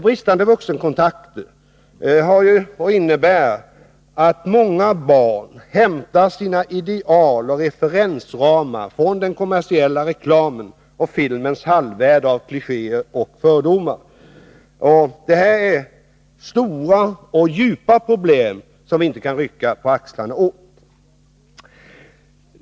Bristande vuxenkontakter innebär att många barn hämtar sina ideal och referensramar från den kommersiella reklamen och från filmens halvvärld av klichéer och fördomar. Det här är stora och djupa problem, som vi inte kan rycka på axlarna åt.